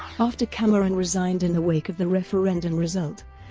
after cameron resigned in the wake of the referendum result,